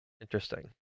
Interesting